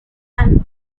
and